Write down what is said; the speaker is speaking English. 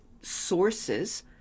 sources